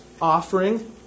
offering